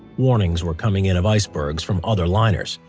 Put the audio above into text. warnings were coming in of icebergs from other liners,